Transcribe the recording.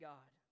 God